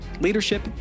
leadership